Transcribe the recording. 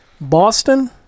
Boston